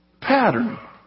pattern